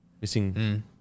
missing